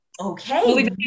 okay